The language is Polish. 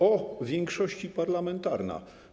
O, Większości Parlamentarna!